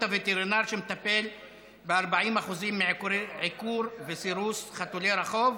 הווטרינר שמטפל ב-40% מעיקורי וסירוסי חתולי הרחוב,